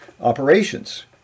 operations